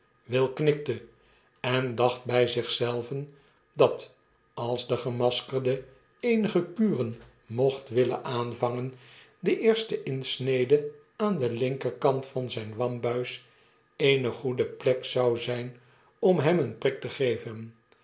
will knikte en dacht bjj zich zelven dat als de gemaskerde eenige kuren mocht willen aanvangen de eerste insnede aan den linkerkant van zyn wambuis eene goede plek zou zgn om hem een prik te geven